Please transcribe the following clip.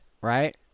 right